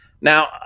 Now